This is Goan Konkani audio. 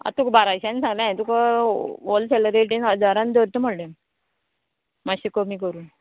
आतां तुका बाराश्यान सांगलें हाय तुका होलसेल रेटीन हजारान धरता म्हळ्ळें मातशें कमी करून